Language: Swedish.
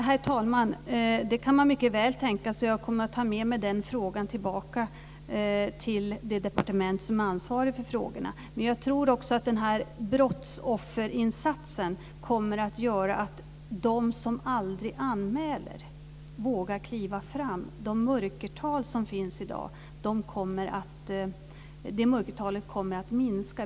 Herr talman! Det kan man mycket väl tänka sig. Jag kommer att ta med mig den frågan till det departement som har ansvaret för de här frågorna. Men jag tror att brottsofferinsatsen kommer att göra att de som aldrig anmäler vågar kliva fram. Det mörkertal som finns i dag kommer att minska.